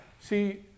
see